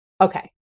okay